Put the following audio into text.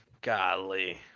golly